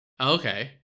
Okay